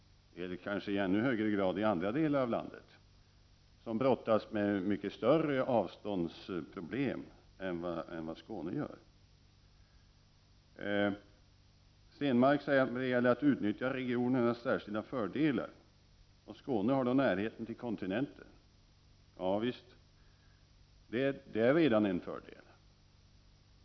Det gäller kanske i ännu högre grad i andra delar av landet, som brottas med mycket större avståndsproblem än Skåne. Per Stenmarck säger att det gäller att utnyttja regionens särskilda fördelar, nämligen närheten till kontinenten. Ja visst är det en fördel.